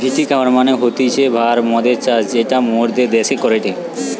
ভিটি culture মানে হতিছে ভারতীয় মদের চাষ যেটা মোরদের দ্যাশে করেটে